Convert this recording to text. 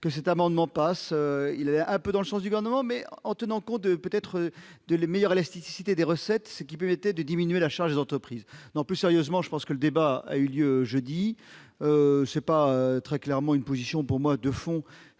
que cet amendement parce il est à peu dans le sens du vent non mais en tenant compte peut-être de les meilleure élasticité des recettes qui permettait de diminuer la charge d'entreprise non, plus sérieusement, je pense que le débat a eu lieu jeudi, c'est pas très clairement une position pour moi de fond